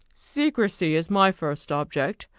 secrecy is my first object.